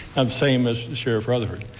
um same as sheriff rutherford.